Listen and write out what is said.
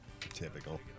Typical